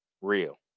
real